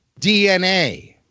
DNA